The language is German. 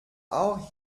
auch